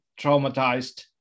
traumatized